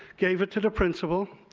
gave it to the principal.